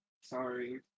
sorry